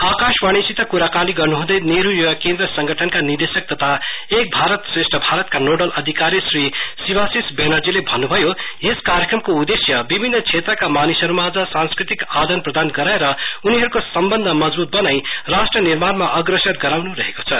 आकाशवानीसित क्राकानी गर्नुहँदै नेहरु युवा केन्द्र संगठनका निदेशक तथा एक भारत श्रेष्ठ भारतका नोडल अधिकारी श्री शिबाविश बेनर्जीले भन्न्भयो यस कार्यक्रमको उद्धेश्य विभिन्न श्रेत्रका मानिसहरुमाझ सांस्कृतिक आदान प्रदान गराएर उनीहरुको सम्बन्ध मजबूत बनाइ उनीहरुलाई राष्ट्र निर्मिनमा अग्रसर गराउन् रहेको छ